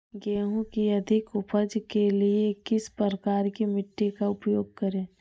गेंहू की अधिक उपज के लिए किस प्रकार की मिट्टी का उपयोग करे?